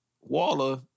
Waller